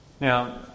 Now